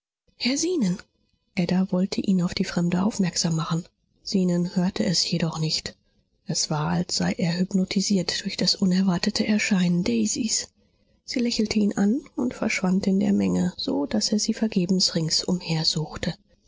herr zenon ada wollte ihn auf die fremde aufmerksam machen zenon hörte es jedoch nicht es war als sei er hypnotisiert durch das unerwartete erscheinen daisys sie lächelte ihn an und verschwand in der menge so daß er sie vergebens ringsumher suchte